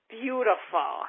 beautiful